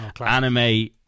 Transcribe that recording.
anime